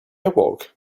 awoke